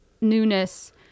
newness